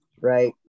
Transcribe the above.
right